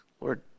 Lord